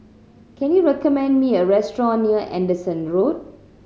can you recommend me a restaurant near Anderson Road